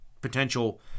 potential